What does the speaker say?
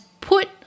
put